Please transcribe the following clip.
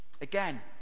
Again